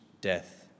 death